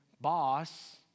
boss